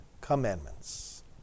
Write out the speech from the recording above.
commandments